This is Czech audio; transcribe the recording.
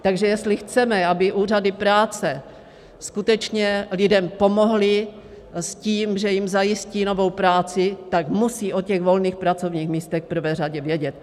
Takže jestli chceme, aby úřady práce skutečně lidem pomohly s tím, že jim zajistí novou práci, musí o těch volných pracovních místech v prvé řadě vědět.